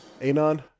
Anon